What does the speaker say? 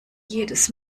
jedes